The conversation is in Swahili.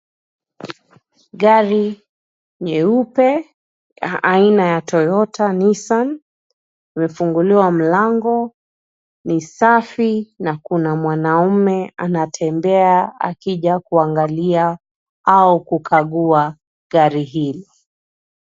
Gari nyeupe aina ya toyota nissan imefunguliwa mlango, ni safi na kuna mwanaume anatembea akija kuangalia au kukagua gari hii.